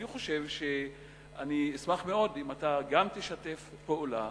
אני אשמח מאוד אם אתה תשתף פעולה